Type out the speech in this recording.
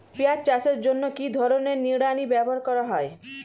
পিঁয়াজ চাষের জন্য কি ধরনের নিড়ানি ব্যবহার করা হয়?